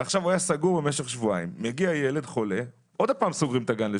ואז מגיע ילד חולה ושוב סוגרים את הגן.